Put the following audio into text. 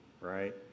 right